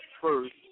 First